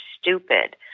stupid